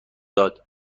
داد